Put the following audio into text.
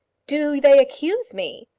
do they accuse me?